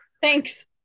Thanks